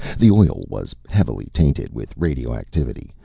the oil was heavily tainted with radioactivity.